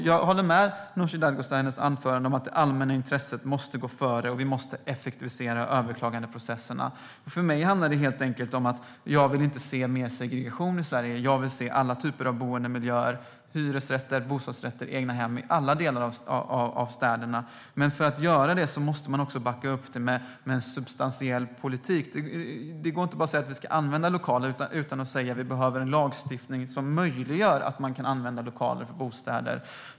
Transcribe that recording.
Jag håller med Nooshi Dadgostar om det hon sa i sitt anförande, att det allmänna intresset måste gå före och att vi måste effektivisera överklagandeprocesserna. För mig handlar det helt enkelt om att jag inte vill se mer segregation i Sverige. Jag vill se alla typer av boendemiljöer - hyresrätter, bostadsrätter och egnahem - i alla delar av städerna. Men då måste man backa upp det med en substantiell politik. Det går inte bara att säga att vi ska använda lokaler utan att säga att vi behöver en lagstiftning som möjliggör att vi kan använda lokaler för bostäder.